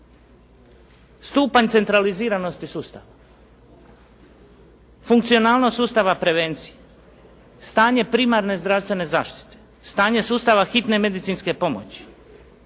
stupanj centraliziranosti sustava, funkcionalnost sustava prevencije, stanje primarne zdravstvene zaštite, stanje sustava hitne medicinske pomoći,